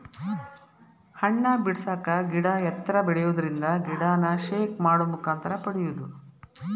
ಹಣ್ಣ ಬಿಡಸಾಕ ಗಿಡಾ ಎತ್ತರ ಬೆಳಿಯುದರಿಂದ ಗಿಡಾನ ಶೇಕ್ ಮಾಡು ಮುಖಾಂತರ ಪಡಿಯುದು